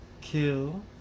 kill